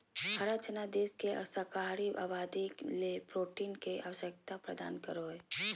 हरा चना देश के शाकाहारी आबादी ले प्रोटीन के आवश्यकता प्रदान करो हइ